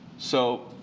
so